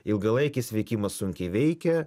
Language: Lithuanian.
ilgalaikis veikimas sunkiai veikia